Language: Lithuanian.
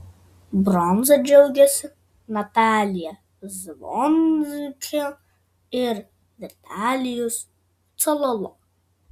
bronza džiaugėsi natalija zvonkė ir vitalijus cololo